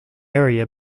area